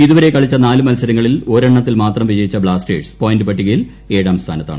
ഇതുവരെ കളിച്ച നാല് മൽസരങ്ങളിൽ ഒരെണ്ണത്തിൽ മാത്രം വിജയിച്ച ബ്ലാസ്റ്റേഴ്സ് പോയിന്റ് പട്ടികയിൽ ഏഴാം സ്ഥാനത്താണ്